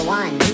one